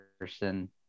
person